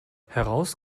heraus